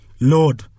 Lord